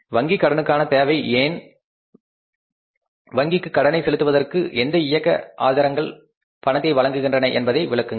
வங்கிக் கடனுக்கான தேவை ஏன் வங்கிக் கடன்களைச் செலுத்துவதற்கு எந்த இயக்க ஆதாரங்கள் பணத்தை வழங்குகின்றன என்பதை விளக்குங்கள்